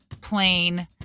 plain